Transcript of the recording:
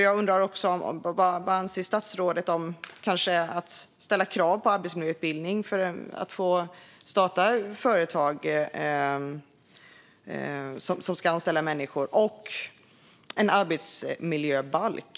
Vad anser statsrådet om att ställa krav på arbetsmiljöutbildning för att få starta företag som ska anställa människor och om en arbetsmiljöbalk?